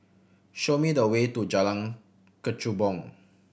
show me the way to Jalan Kechubong